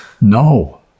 No